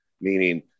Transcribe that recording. meaning